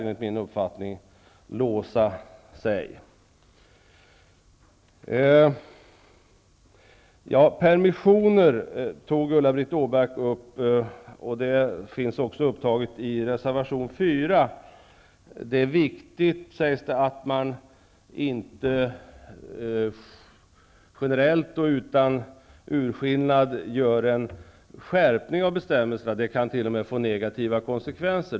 Reservation 4 handlar om permissioner. Det sägs att det är viktigt att man inte generellt och utan urskillning gör en skärpning av bestämmelserna. Det skulle t.o.m. kunna få negativa konsekvenser.